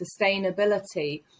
sustainability